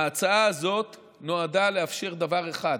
ההצעה הזאת נועדה לאפשר דבר אחד,